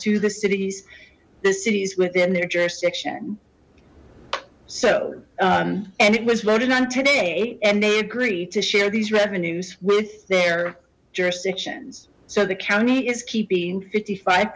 to the cities the cities within their jurisdiction so and it was voted on today and they agree to share these revenues with their jurisdictions so the county is keeping fifty five